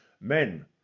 men